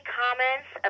comments